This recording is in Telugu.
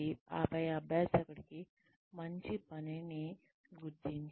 ఆపై అభ్యాసకుడి మంచి పనిని గుర్తించండి